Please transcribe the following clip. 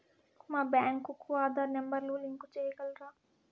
మా బ్యాంకు కు ఆధార్ నెంబర్ కు లింకు సేయగలరా?